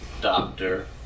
Doctor